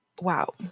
wow